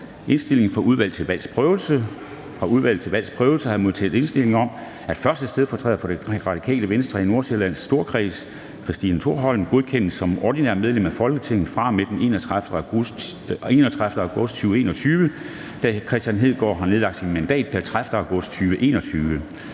Kristensen): Fra Udvalget til Valgs Prøvelse har jeg modtaget indstilling om, at 1. stedfortræder for Radikale Venstre i Nordsjællands Storkreds, Christina Thorholm, godkendes som ordinært medlem af Folketinget fra og med den 31. august 2021, da Kristian Hegaard nedlagde sit mandat pr. 30. august 2021.